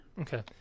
Okay